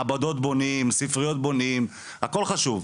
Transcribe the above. מעבדות בונים, ספריות בונים, הכל חשוב.